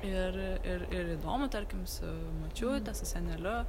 ir ir ir įdomu tarkim su močiute su seneliu